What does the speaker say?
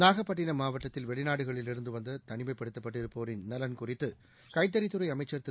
நாகப்பட்டினம் மாவட்டத்தில் வெளிநாடுகளில் இருந்து வந்து தனிமைப்படுத்தப்பட்டு இருப்போரின் நலன் குறித்து கைத்தறித்துறை அமைச்சர் திரு